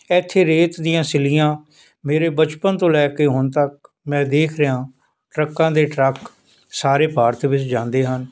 ਇੱਥੇ ਰੇਤ ਦੀਆਂ ਸਿੱਲੀਆਂ ਮੇਰੇ ਬਚਪਨ ਤੋਂ ਲੈ ਕੇ ਹੁਣ ਤੱਕ ਮੈਂ ਦੇਖ ਰਿਹਾ ਟਰੱਕਾਂ ਦੇ ਟਰੱਕ ਸਾਰੇ ਭਾਰਤ ਵਿੱਚ ਜਾਂਦੇ ਹਨ